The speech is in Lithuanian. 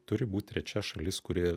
turi būti trečia šalis kuri